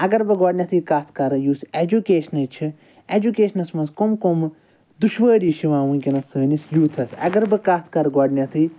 اگر بہٕ گۄڈنٕٮ۪تھٕے کتھ کَرٕ یُس ایٚجُکیشنٕچ چھِ ایٚجُکیشنَس مَنٛز کَم کَم دُشوٲری چھِ یِوان وٕنۍکٮ۪نَس سٲنِس یوٗتھَس اگر بہٕ کتھ کَرٕ گۄڈٕنٮ۪تھٕے